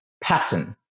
pattern